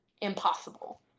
impossible